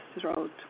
throat